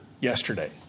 yesterday